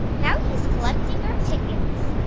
now he's collecting our tickets.